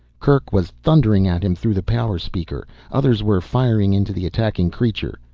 kerk was thundering at him through the power speaker, others were firing into the attacking creature.